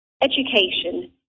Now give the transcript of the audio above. Education